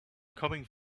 coming